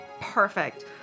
Perfect